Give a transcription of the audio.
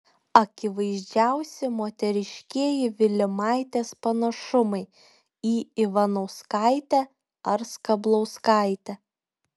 akivaizdžiausi moteriškieji vilimaitės panašumai į ivanauskaitę ar skablauskaitę